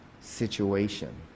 situation